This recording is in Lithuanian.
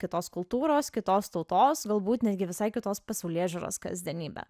kitos kultūros kitos tautos galbūt netgi visai kitos pasaulėžiūros kasdienybę